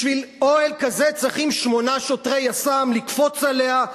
בשביל אוהל כזה צריכים שמונה שוטרי יס"מ לקפוץ עליה,